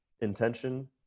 intention